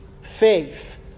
Faith